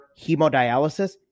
hemodialysis